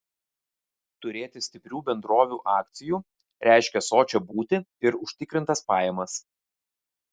turėti stiprių bendrovių akcijų reiškė sočią būtį ir užtikrintas pajamas